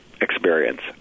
experience